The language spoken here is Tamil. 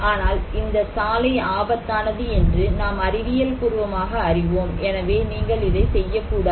ஆனால் இந்த சாலை ஆபத்தானது என்று நாம் அறிவியல் பூர்வமாக அறிவோம் எனவே நீங்கள் இதை செய்யக்கூடாது